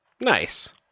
Nice